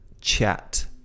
chat